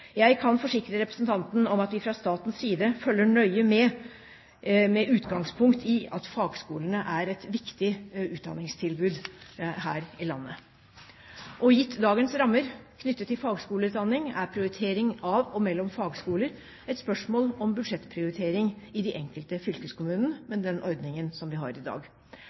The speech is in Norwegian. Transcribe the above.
Jeg kan forsikre representanten om at vi fra statens side følger nøye med, med utgangspunkt i at fagskolene er et viktig utdanningstilbud her i landet. Gitt dagens rammer knyttet til fagskoleutdanning er prioritering av og mellom fagskoler et spørsmål om budsjettprioritering i de enkelte fylkeskommunene – med den ordningen som vi har i dag.